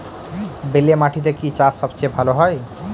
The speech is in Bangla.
বেলে মাটিতে কি চাষ সবচেয়ে ভালো হয়?